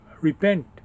Repent